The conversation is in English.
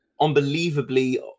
unbelievably